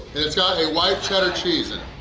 it's got a white cheddar cheese and